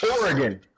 Oregon